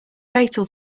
fatal